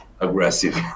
aggressive